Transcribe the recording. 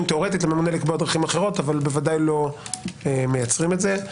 תיאורטית לממונה לקבוע דרכים אחרות אבל ודאי לא מייצרים את זה.